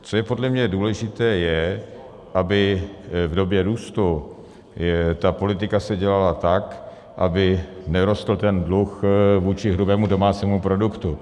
Co je podle mě důležité, je, aby v době růstu se politika dělala tak, aby nerostl dluh vůči hrubému domácímu produktu.